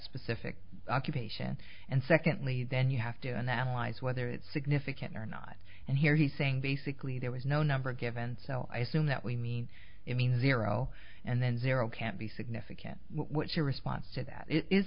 specific occupation and secondly then you have to and that lies whether it's significant or not and here he's saying basically there was no number given so i assume that we mean it means zero and then zero can't be significant what's your response to that i